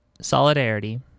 Solidarity